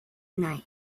night